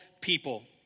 people